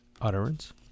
utterance